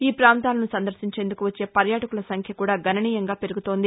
ఈ ప్రాంతాలు సందర్శించేందుకు వచ్చే పర్యాటకుల సంఖ్య కూడా గణనీయంగా పెరుగుతోంది